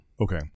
Okay